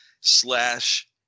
slash